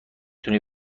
تونی